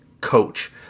Coach